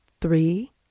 three